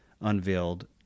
unveiled